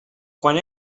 quan